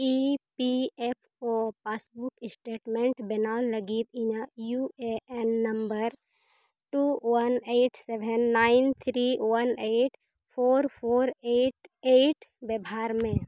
ᱮ P F O passbook statement ᱵᱮᱱᱟᱣ ᱞᱟᱹᱜᱤᱫ ᱤᱧᱟᱹᱜ U A N number two one eight seven nine three one eight four four eight eight ᱵᱮᱵᱚᱦᱟᱨ ᱢᱮ